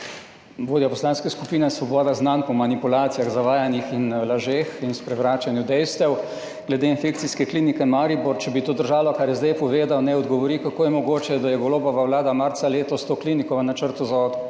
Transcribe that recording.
vodja Poslanske skupine Svoboda znan po manipulacijah, zavajanjih, lažeh in sprevračanju dejstev, glede infekcijske klinike Maribor, če bi držalo to, kar je zdaj povedal, naj odgovori, kako je mogoče, da je Golobova vlada marca letos to kliniko v Načrtu za okrevanje